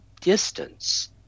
distance